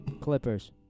Clippers